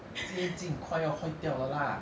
接近快要坏掉了 lah